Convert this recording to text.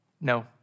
no